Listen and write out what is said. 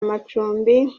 amacumbi